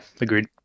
agreed